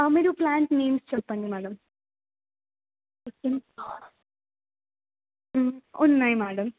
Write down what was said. మీరు plant names చెప్పండి madam ఉన్నాయి మేడం